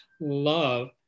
love